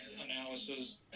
analysis